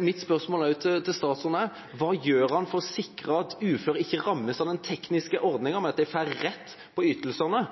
Mitt spørsmål til statsråden er: Hva gjør han for å sikre at uføre ikke rammes av den tekniske ordninga, men at de får rett på ytelsene